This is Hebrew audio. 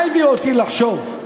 מה הביא אותי לחשוב כך?